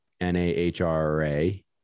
N-A-H-R-A